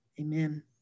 Amen